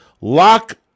Lock